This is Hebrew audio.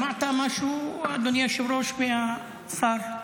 שמעת משהו, אדוני היושב-ראש, מהשר,